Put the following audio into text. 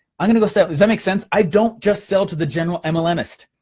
i'm gonna go sell, does that make sense? i don't just sell to the general mlmist.